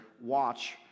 watch